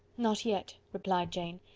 not yet, replied jane.